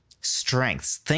strengths